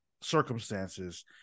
circumstances